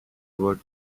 were